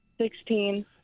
Sixteen